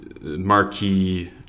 marquee